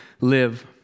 live